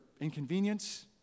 inconvenience